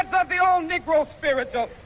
but the old negro spiritual,